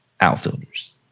outfielders